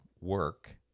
work